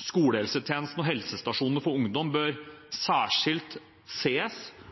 skolehelsetjenesten, og helsestasjonene for ungdom bør ses særskilt